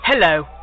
Hello